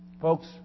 Folks